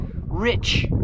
rich